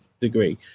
degree